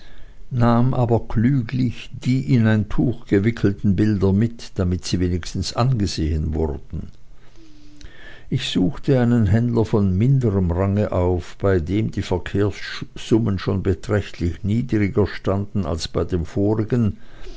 nahm aber klüglich die in ein tuch gewickelten bilder mit damit sie wenigstens angesehen wurden ich suchte einen händler von minderm range auf bei dem die verkehrssummen schon beträchtlich niedriger standen als bei dem vorigen